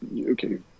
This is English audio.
okay